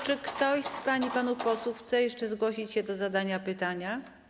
Czy ktoś z pań i panów posłów chce jeszcze zgłosić się do zadania pytania?